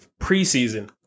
preseason